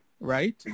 right